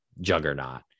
juggernaut